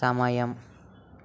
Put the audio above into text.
సమయం